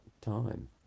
time